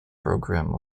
programme